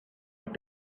have